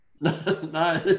No